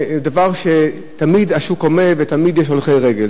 השוק תמיד הומה ותמיד יש הולכי רגל,